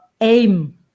aim